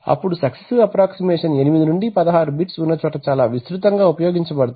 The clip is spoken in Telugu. అప్పుడు సక్సెసివ్ అప్రాక్సీమేషన్ 8 నుండి 16 బిట్స్ ఉన్న చోట చాలా విస్తృతంగా ఉపయోగించబడుతుంది